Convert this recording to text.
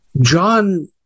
John